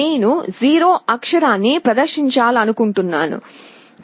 నేను 0 అక్షరాన్ని ప్రదర్శించాలనుకుంటే చెప్పండి